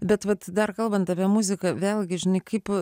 bet vat dar kalbant apie muziką vėlgi žinai kaip